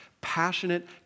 passionate